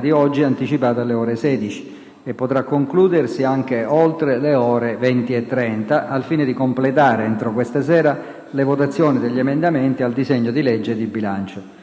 pomeriggio è anticipata alle ore 16 e potrà concludersi anche oltre le ore 20,30, al fine di completare, entro questa sera, le votazioni degli emendamenti al disegno di legge di bilancio.